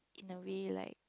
the way like